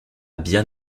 bien